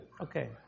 Okay